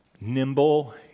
nimble